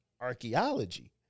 archaeology